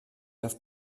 das